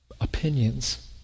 opinions